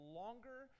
longer